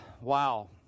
wow